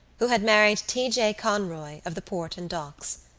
who had married t. conroy of the port and docks.